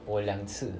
我两次